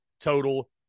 total